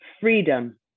freedom